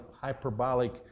hyperbolic